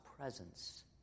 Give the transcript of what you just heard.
presence